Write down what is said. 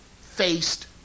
faced